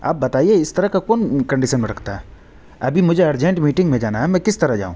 آپ بتائیے اِس طرح کا کون کنڈیشن میں رکھتا ہے ابھی مجھے ارجنٹ میٹنگ میں جانا ہے میں کس طرح جاؤں